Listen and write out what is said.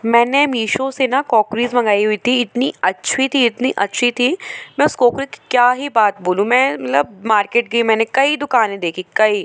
मैंने मीशो से ना कॉकरीज़ मंगाई हुई थी इतनी अच्छी थी इतनी अच्छी थी मैं उस कॉकरी की क्या ही बात बोलूँ मैं मतलब मार्केट गई मैंने कई दुकानें देखी कई